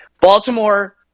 Baltimore